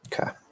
Okay